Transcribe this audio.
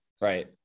Right